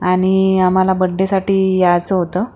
आणि आम्हाला बड्डेसाठी यायचं होतं